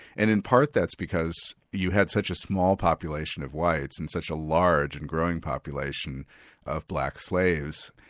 and in part that's because you had such a small population of whites and such a large and growing population of black slaves,